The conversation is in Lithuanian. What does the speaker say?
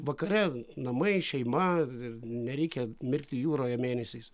vakare namai šeima ir nereikia mirkti jūroje mėnesiais